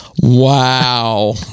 Wow